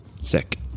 sick